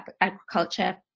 agriculture